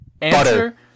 Butter